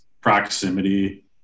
proximity